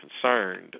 concerned